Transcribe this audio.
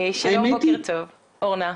בוקר טוב, אורנה.